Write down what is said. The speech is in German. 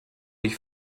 ich